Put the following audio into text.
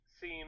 seem